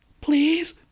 please